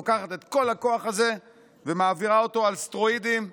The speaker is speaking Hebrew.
לוקחת את כל הכוח הזה ומעבירה אותו על סטרואידים לממשלה.